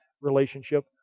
relationship